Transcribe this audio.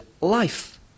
life